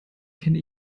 kenne